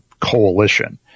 coalition